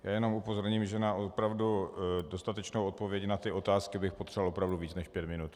Já jenom upozorním, že na opravdu dostatečnou odpověď na ty otázky bych potřeboval opravdu víc než pět minut.